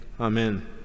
Amen